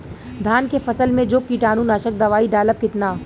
धान के फसल मे जो कीटानु नाशक दवाई डालब कितना?